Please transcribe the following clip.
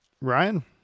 Ryan